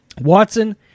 Watson